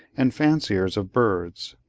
and fanciers of birds.